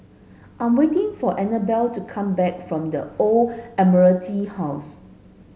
I'm waiting for Anabel to come back from The Old Admiralty House